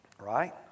Right